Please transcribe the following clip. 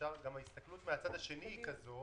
גם ההסתכלות מהצד השני היא כזאת,